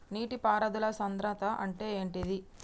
నీటి పారుదల సంద్రతా అంటే ఏంటిది?